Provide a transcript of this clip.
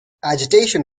agitation